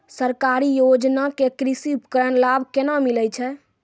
सरकारी योजना के कृषि उपकरण लाभ केना मिलै छै?